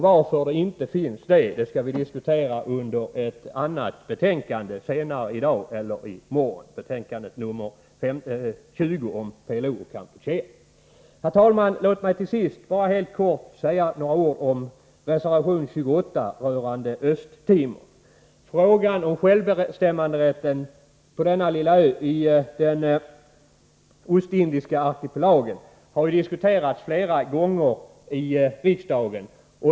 Varför det inte finns en sådan regering skall vi diskutera i samband med ett annat Herr talman! Låt mig till sist bara helt kort säga några ord om reservation 28 rörande Östtimor. Frågan om självbestämmanderätten på denna lilla ö i den ostindiska arkipelagen har ju diskuterats flera gånger i riksdagen.